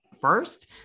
first